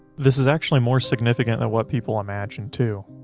this is actually more significant than what people imagine too.